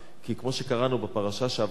כי כמו שקראנו בפרשה שעברה,